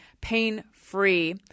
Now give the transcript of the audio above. pain-free